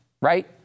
right